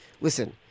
listen